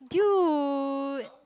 you